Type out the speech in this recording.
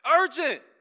Urgent